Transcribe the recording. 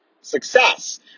success